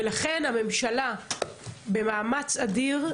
ולכן, הממשלה נלחמת בזה במאמץ אדיר.